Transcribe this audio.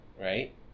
right